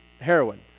heroin